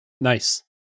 Nice